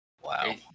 Wow